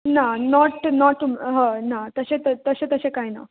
ना not not हय ना तशें तशें तशें कांय ना